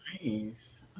nice